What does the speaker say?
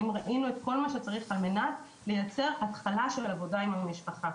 האם ראינו את כל מה שצריך על מנת לייצר התחלה של עבודה עם המשפחה.